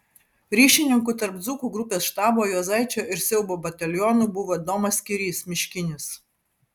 ryšininku tarp dzūkų grupės štabo juozaičio ir siaubo batalionų buvo domas kirys miškinis